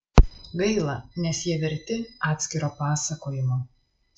gaila nes jie verti atskiro pasakojimo